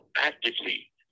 actively